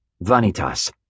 Vanitas